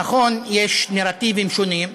נכון, יש נרטיבים שונים,